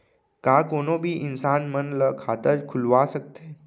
का कोनो भी इंसान मन ला खाता खुलवा सकथे?